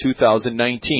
2019